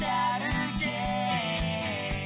Saturday